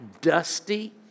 dusty